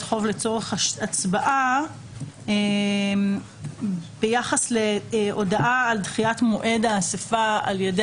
חוב לצורך הצבעה ביחס להודעה על דחיית מועד האסיפה על ידי